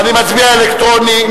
אני מצביע אלקטרונית.